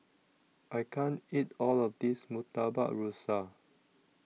I can't eat All of This Murtabak Rusa